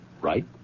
Right